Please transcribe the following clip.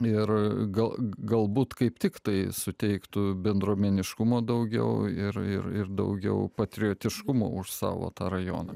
ir gal galbūt kaip tik tai suteiktų bendruomeniškumo daugiau ir ir ir daugiau patriotiškumo už savo tą rajoną